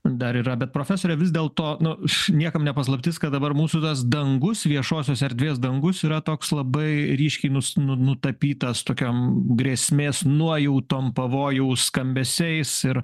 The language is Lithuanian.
dar yra bet profesore vis dėlto nu š niekam ne paslaptis kad dabar mūsų tas dangus viešosios erdvės dangus yra toks labai ryškiai nus nu nutapytas tokiom grėsmės nuojautom pavojaus skambesiais ir